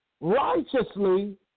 righteously